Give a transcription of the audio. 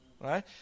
Right